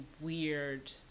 weird